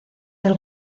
del